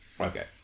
Okay